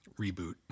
reboot